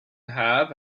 have